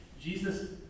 Jesus